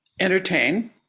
entertain